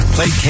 Play